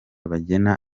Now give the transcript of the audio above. bagena